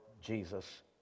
Jesus